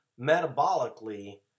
metabolically